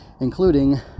Including